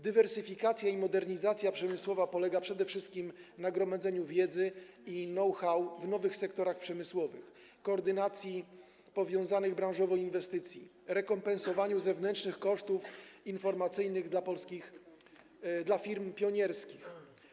Dywersyfikacja przemysłowa, modernizacja przemysłowa polega przede wszystkim na gromadzeniu wiedzy i know-how w nowych sektorach przemysłowych, koordynacji powiązanych branżowo inwestycji, rekompensowaniu zewnętrznych kosztów informacyjnych dla firm pionierskich.